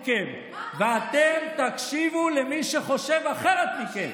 ואתם תקשיבו למי שחושב אחרת מכם.